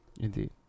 indeed